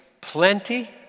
plenty